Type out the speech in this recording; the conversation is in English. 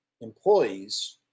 employees